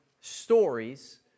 stories